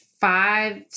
five